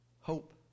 hope